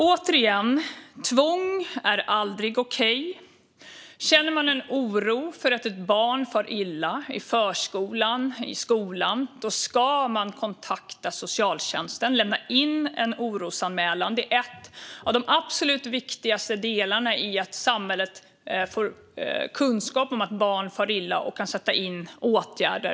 Återigen: Tvång är aldrig okej. Känner förskola eller skola en oro för att ett barn far illa ska socialtjänsten kontaktas och en orosanmälan lämnas in. Det är viktigt för att samhället ska få kunskap om att barn far illa och kunna sätta in åtgärder.